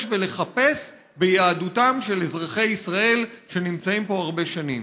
ולחפש ביהדותם של אזרחי ישראל שנמצאים פה הרבה שנים.